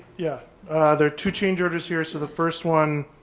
yeah ah there are two changes here. so the first one,